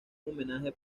homenaje